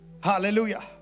Hallelujah